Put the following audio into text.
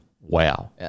wow